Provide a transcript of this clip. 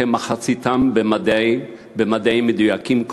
כמחציתם במדעים מדויקים,